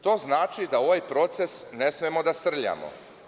To znači da u ovaj proces ne smemo da srljamo.